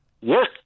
Yes